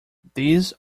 these